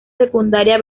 secundaria